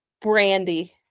Brandy